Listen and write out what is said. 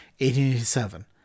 1887